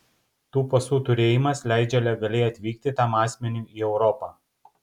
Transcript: tų pasų turėjimas leidžia legaliai atvykti tam asmeniui į europą